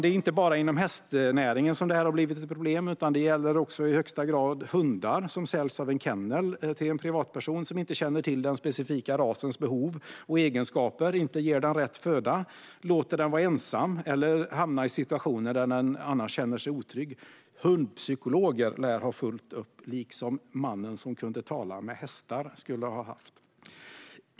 Det är inte bara inom hästnäringen som det här har blivit ett problem, utan det gäller även i högsta grad hundar som säljs av en kennel till en privatperson som inte känner till den specifika rasens behov och egenskaper, inte ger hunden rätt föda, låter den vara ensam eller låter den hamna i situationer där den känner sig otrygg. Hundpsykologer lär ha fullt upp, liksom mannen som kunde tala med hästar skulle ha haft.